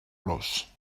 los